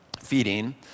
feeding